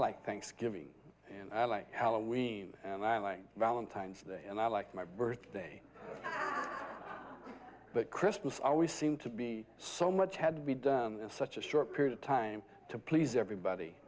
like thanksgiving and i like halloween and i like valentine's day and i like my birthday that christmas always seemed to be so much had to be done in such a short period of time to please everybody